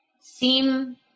seem